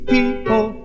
People